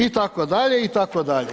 Itd., itd.